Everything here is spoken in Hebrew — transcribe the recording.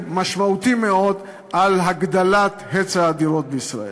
משמעותי מאוד על הגדלת היצע הדירות בישראל.